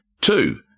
Two